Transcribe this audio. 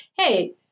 Hey